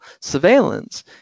surveillance